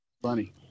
Funny